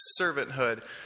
servanthood